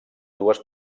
dues